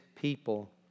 people